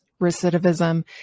recidivism